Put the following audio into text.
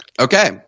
Okay